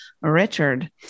richard